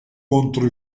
contro